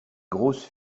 grosses